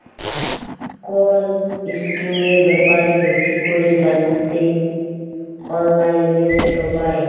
call ইসকিমের ব্যাপারে বেশি ক্যরে জ্যানতে অললাইলে সেট পায়